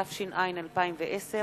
חוק ומשפט.